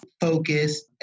focus